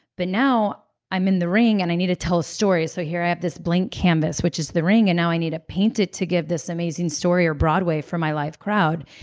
but now i'm in the ring, and i need to tell a story. so here i have this blank canvas, which is the ring, and now i need to paint it to give this amazing story or broadway for my live crowd.